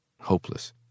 hopeless